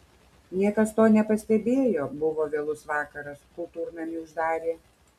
niekas to nepastebėjo buvo vėlus vakaras kultūrnamį uždarė